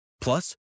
Plus